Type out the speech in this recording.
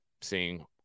seeing